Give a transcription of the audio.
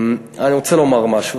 אני רוצה לומר משהו,